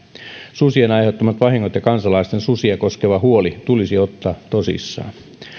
susien aiheuttamat vahingot ja kansalaisten susia koskeva huoli tulisi ottaa tosissaan